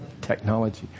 Technology